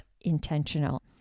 intentional